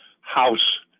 house